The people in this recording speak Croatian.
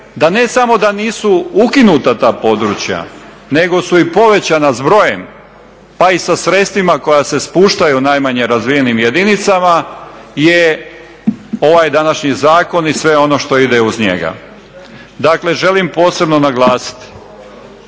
da ne samo da nisu ukinuta ta područja nego su i povećana s brojem pa i sa sredstvima koja se spuštaju u najmanje razvijenim jedinicama je ovaj današnji zakon i sve ono što ide uz njega. Dakle, želim posebno naglasiti